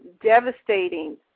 devastating